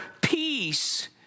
peace